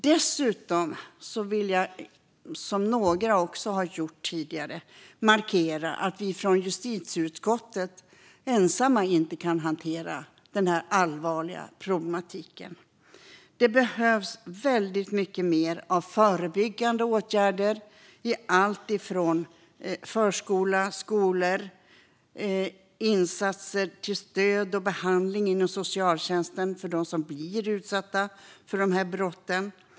Dessutom vill jag, som några har gjort tidigare, markera att vi från justitieutskottet inte ensamma kan hantera denna allvarliga problematik. Det behövs väldigt mycket mer av förebyggande åtgärder i alltifrån förskola och skola till insatser för stöd och behandling inom socialtjänsten för dem som blir utsatta för brotten.